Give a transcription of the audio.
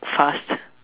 fast